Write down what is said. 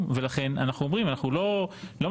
ולכן אנחנו אומרים - אנחנו לא מסתירים,